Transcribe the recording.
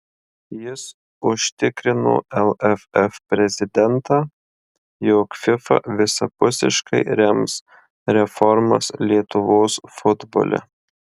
jis užtikrino lff prezidentą jog fifa visapusiškai rems reformas lietuvos futbole